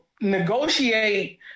negotiate